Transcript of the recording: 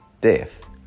death